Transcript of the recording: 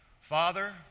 Father